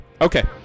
Okay